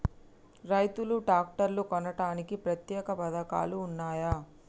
రైతులు ట్రాక్టర్లు కొనడానికి ప్రత్యేక పథకాలు ఉన్నయా?